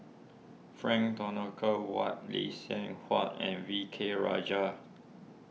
Frank Dorrington Ward Lee Seng Huat and V K Rajah